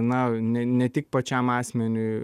na ne ne tik pačiam asmeniui